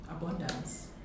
abundance